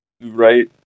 Right